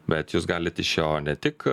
bet jūs galit iš jo ne tik